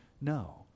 no